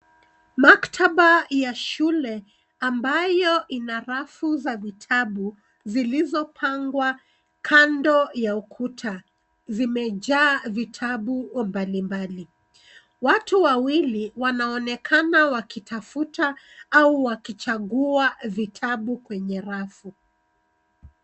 Maktaba ya shule ambayo ina rafu za vitabu zilizopangwa kando ya ukuta, zimejaa vitabu mbalimbali. Watu wawili wanaonekana wakitafuta au wakichagua vitabu kwenye rafu.